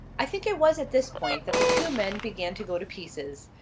i think it was at this point that the two men began to go to pieces.